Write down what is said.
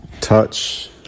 touch